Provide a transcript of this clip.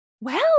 Well